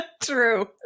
true